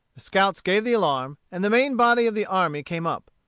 the scouts gave the alarm, and the main body of the army came up.